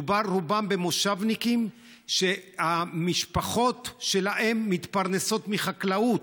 ברובם מדובר במושבניקים שהמשפחות שלהם מתפרנסות מחקלאות,